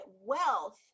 wealth